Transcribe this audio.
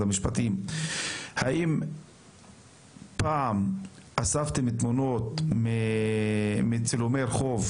המשפטים האם פעם אספתם תמונות מצילומי רחוב